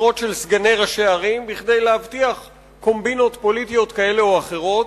משרות של סגני ראשי ערים כדי להבטיח קומבינות פוליטיות כאלה או אחרות,